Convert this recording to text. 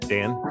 Dan